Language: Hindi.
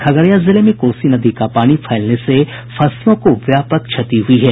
खगड़िया जिले में कोसी नदी का पानी फैलने से फसलों को व्यापक क्षति हुई है